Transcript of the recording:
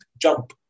jump